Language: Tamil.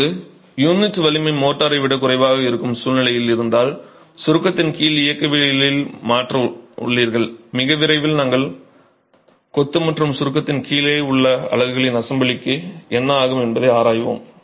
இப்போது யூனிட் வலிமை மோர்ட்டாரை விட குறைவாக இருக்கும் சூழ்நிலை இருந்தால் சுருக்கத்தின் கீழ் இயக்கவியலில் மாற்றம் உள்ளீர்கள் மிக விரைவில் நாங்கள் கொத்து மற்றும் சுருக்கத்தின் கீழ் உள்ள அலகுகளின் அசெம்பிளிக்கு என்ன ஆகும் என்பதை ஆராய்வோம்